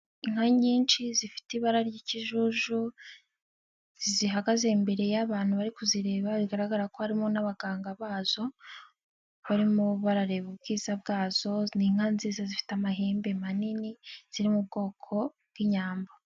Inka nyinshi zifite ibara ry'ikijuju, zihagaze imbere y'abantu bari kuzireba bigaragara ko harimo n'abaganga bazo barimo barareba ubwiza bwazo, n'inka nziza zifite amahembe manini ziri mu bwoko bw'inyambo.